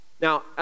Now